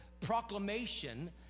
proclamation